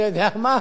אתה יודע מה?